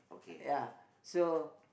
ya so